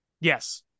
Yes